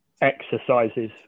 exercises